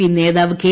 P നേതാവ് K